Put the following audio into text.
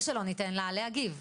ושלא ניתן לה להגיב.